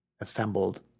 assembled